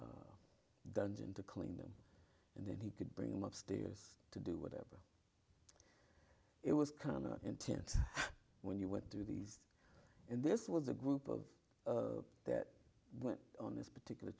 s dungeon to clean them and then he could bring them up stairs to do whatever it was kind of intense when you went through these and this was a group of that went on particular